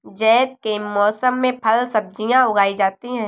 ज़ैद के मौसम में फल सब्ज़ियाँ उगाई जाती हैं